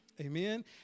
Amen